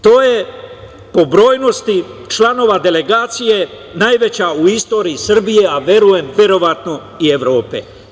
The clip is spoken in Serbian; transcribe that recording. To je po brojnosti članova delegacija najveća u istoriji Srbije, a verujem, verovatno, i Evrope.